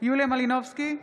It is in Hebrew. יוליה מלינובסקי,